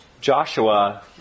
Joshua